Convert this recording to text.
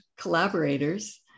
collaborators